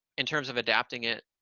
in terms of adapting it,